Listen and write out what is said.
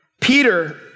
Peter